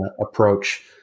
approach